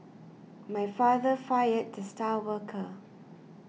my father fired the star worker